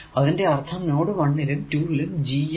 അതിന്റെ അർഥം നോഡ് 1 ലും 2 ലും G m